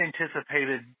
anticipated